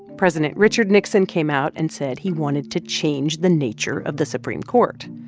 president richard nixon came out and said he wanted to change the nature of the supreme court.